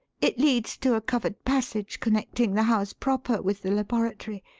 it leads to a covered passage connecting the house proper with the laboratory.